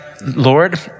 Lord